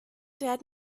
dead